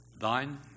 Thine